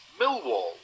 Millwall